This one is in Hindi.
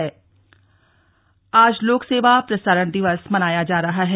लोक सेवा प्रसारण दिवस आज लोक सेवा प्रसारण दिवस मनाया जा रहा है